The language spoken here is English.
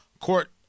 Court